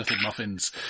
muffins